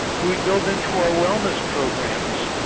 we build into our wellness programs